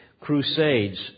crusades